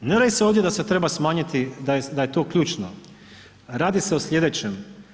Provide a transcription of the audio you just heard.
Ne radi se ovdje da se treba smanjiti, da je to ključno, radi se o sljedećem.